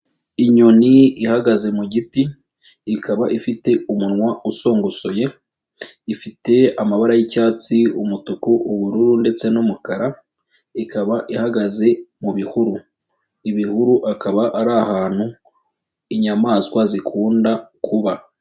Inyoni ihagaze mu giti ikaba ifite umunwa usongosoye, ifite amabara y'icyatsi, umutuku, ubururu ndetse n'umukara ikaba ihagaze mu bihuru, ibihuru akaba ari ahantu inyamaswa zikunda kuba.